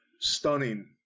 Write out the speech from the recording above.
stunning